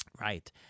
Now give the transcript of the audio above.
Right